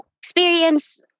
experience